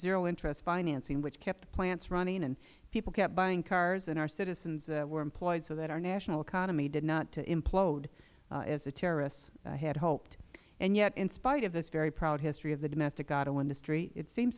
zero interest financing which kept plants running and people kept buying cars and our citizens were employed so that our national economy did not implode as the terrorists had hoped and yet in spite of this very proud history of the domestic auto industry it seems